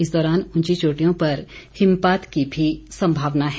इस दौरान उंची चोटियों पर हिमपात की भी संभावना है